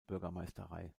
bürgermeisterei